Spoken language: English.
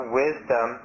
wisdom